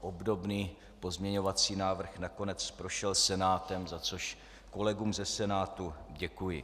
Obdobný pozměňovací návrh nakonec prošel Senátem, za což kolegům ze Senátu děkuji.